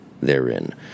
therein